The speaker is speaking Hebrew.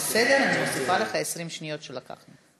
בסדר, אני מוסיפה לך 20 שניות שלקחנו.